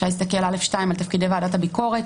אפשר להסתכל על א2 על תפקידי ועדת הביקורת